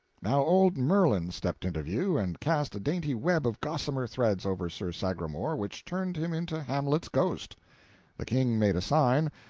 now old merlin stepped into view and cast a dainty web of gossamer threads over sir sagramor which turned him into hamlet's ghost the king made a sign,